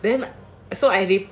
then so I reply